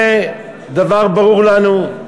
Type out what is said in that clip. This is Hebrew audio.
זה דבר ברור לנו.